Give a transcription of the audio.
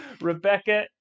Rebecca